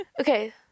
Okay